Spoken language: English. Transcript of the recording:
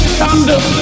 thunder